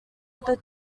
other